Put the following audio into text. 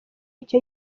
icyo